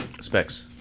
Specs